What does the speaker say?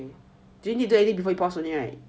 do we need do anything before we pause don't need right